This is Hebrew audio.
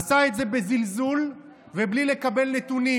עשה את זה בזלזול ובלי לקבל נתונים.